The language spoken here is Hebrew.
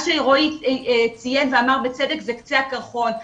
מה שרועי ציין ואמר בצדק זה קצה הקרחון.